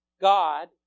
God